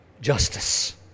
justice